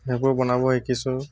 সেইবোৰ বনাব শিকিছোঁ